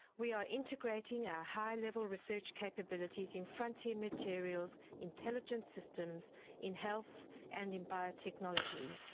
we are integrating our high-level research capabilities in frontier materials, intelligence systems in health and in biotechnology,